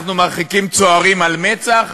אנחנו מרחיקים צוערים על מצ"ח,